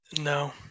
No